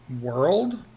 world